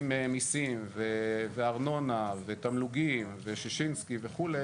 מיסים וארנונה ותמלוגים ושישינסקי וכו',